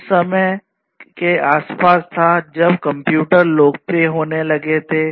यह उस समय के आसपास था जब कंप्यूटर लोकप्रिय होने लगे थे